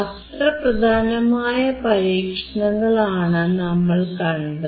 അത്ര പ്രധാനമായ പരീക്ഷണങ്ങൾ ആണ് നമ്മൾ കണ്ടത്